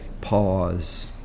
pause